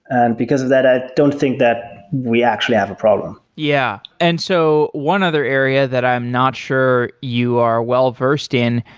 and because of that, i don't think that we actually have a problem. yeah. and so one other area that i'm not sure you are well versed in,